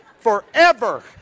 forever